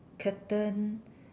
curtain